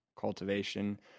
cultivation